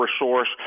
resource